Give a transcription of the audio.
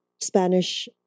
Spanish